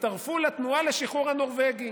הצטרפו לתנועה לשחרור הנורבגי.